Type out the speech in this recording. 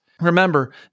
Remember